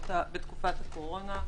בתקופת הקורונה,